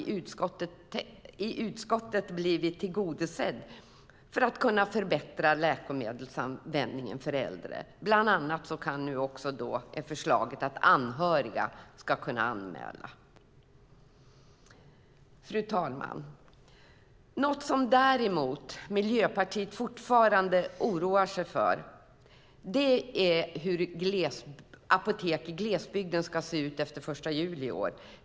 Motionen har i utskottets text blivit tillgodosedd när det gäller att förbättra läkemedelsanvändningen för äldre. Bland annat finns förslaget att anhöriga ska kunna anmäla. Fru talman! Något som Miljöpartiet däremot fortfarande oroas av är hur det ska se ut med apotek i glesbygden efter den 1 juli i år.